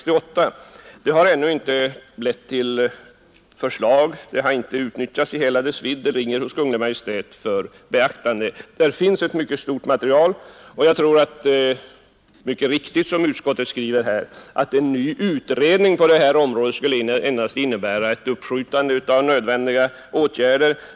Detta har ännu inte i hela sin vidd lett till förslag — ärendet ligger för närvarande hos Kungl. Maj:t för prövning. Men där finns alltså mycket stort material, och utskottet skriver också att en ny utredning på detta område endast skulle innebära ett uppskjutande av nödvändiga åtgärder.